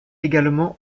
également